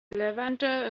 levanter